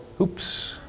oops